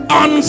on